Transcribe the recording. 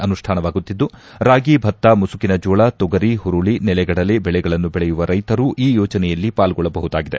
ಅನುಷ್ಠಾನವಾಗುತ್ತಿದ್ದು ರಾಗಿ ಭತ್ತ ಮುಸುಕಿನ ಜೋಳ ತೊಗರಿ ಹುರುಳಿ ನೆಲಗಡಲೆ ಬೆಳೆಗಳನ್ನು ಬೆಳೆಯುವ ರೈತರು ಈ ಯೋಜನೆಯಲ್ಲಿ ಪಾಲ್ಗೊಳ್ಳಬಹುದಾಗಿದೆ